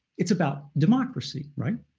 it's about democracy, right?